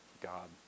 God